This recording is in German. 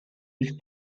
nicht